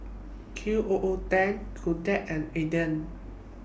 Q O O ten Kodak and Aden